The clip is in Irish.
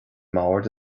mbord